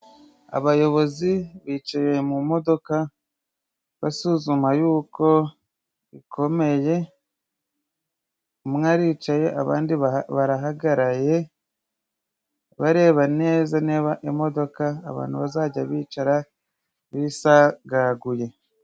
Abayobozi bicariye mu modoka basuzuma yuko ikomeye. Umwe aricaye abandi barahagaraye bareba neza niba imodoka abantu bazajya bicara bisagaguye.